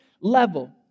level